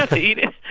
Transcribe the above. to eat it.